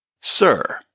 Sir